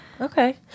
okay